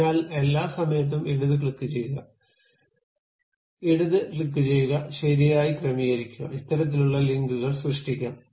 അതിനാൽ എല്ലാസമയത്തും ഇടത് ക്ലിക്കുചെയ്യുക ഇടത് ക്ലിക്കുചെയ്യുക ഇടത് ക്ലിക്കുചെയ്യുക ശരിയായി ക്രമീകരിക്കുക ഇത്തരത്തിലുള്ള ലിങ്കുകൾ സൃഷ്ടിക്കാം